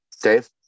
Dave